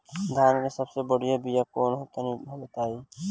धान के सबसे बढ़िया बिया कौन हो ला तनि बाताई?